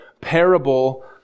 parable